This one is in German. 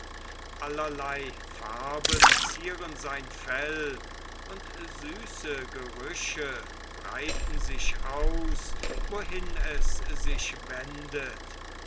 allerlei farben zieren sein fell und süße gerüche breiten sich aus wohin es sich wendet